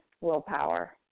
willpower